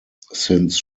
since